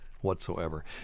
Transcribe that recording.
whatsoever